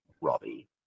Robbie